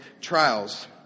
trials